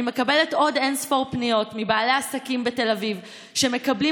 אני מקבלת עוד אין-ספור פניות מבעלי עסקים בתל אביב שמקבלים